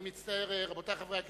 אני מצטער, רבותי חברי הכנסת,